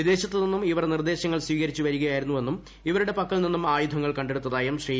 വിദേശത്തു നിന്നും ഇവർ നിർദ്ദേശങ്ങൾ സ്വീകരിച്ചുവരികയായിരുന്നുവെന്നും ഇവരുടെ പക്കൽ നിന്നും ആയുധങ്ങൾ കണ്ടെടുത്തായും ശ്രീ